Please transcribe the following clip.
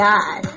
God